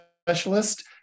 Specialist